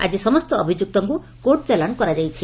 ଆକି ସମସ୍ତ ଅଭିଯୁକ୍ତଙ୍କୁ କୋର୍ଟଚାଲାଣ କରାଯାଇଛି